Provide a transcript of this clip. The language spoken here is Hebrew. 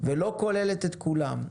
ולא כוללת את כולם,